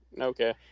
Okay